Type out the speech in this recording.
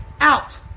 out